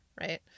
right